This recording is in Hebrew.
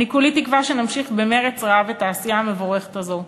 כולי תקווה שנמשיך במרץ רב את העשייה המבורכת הזאת,